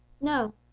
No